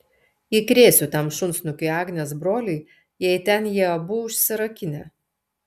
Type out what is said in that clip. įkrėsiu tam šunsnukiui agnės broliui jei ten jie abu užsirakinę